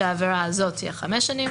שהעבירה הזאת תהיה חמש שנים,